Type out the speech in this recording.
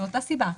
מאותה סיבה.